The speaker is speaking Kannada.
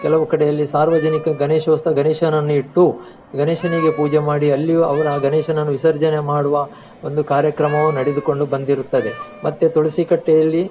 ಕೆಲವು ಕಡೆಯಲ್ಲಿ ಸಾರ್ವಜನಿಕ ಗಣೇಶೋತ್ಸವ ಗಣೇಶನನ್ನು ಇಟ್ಟು ಗಣೇಶನಿಗೆ ಪೂಜೆ ಮಾಡಿ ಅಲ್ಲಿಯೂ ಅವರು ಆ ಗಣೇಶನನ್ನು ವಿಸರ್ಜನೆ ಮಾಡುವ ಒಂದು ಕಾರ್ಯಕ್ರಮವೂ ನಡೆದುಕೊಂಡು ಬಂದಿರುತ್ತದೆ ಮತ್ತು ತುಳಸಿ ಕಟ್ಟೆಯಲ್ಲಿ